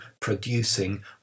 producing